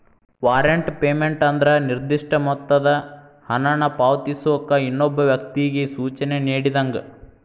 warrant payment ಅಂದ್ರ ನಿರ್ದಿಷ್ಟ ಮೊತ್ತದ ಹಣನ ಪಾವತಿಸೋಕ ಇನ್ನೊಬ್ಬ ವ್ಯಕ್ತಿಗಿ ಸೂಚನೆ ನೇಡಿದಂಗ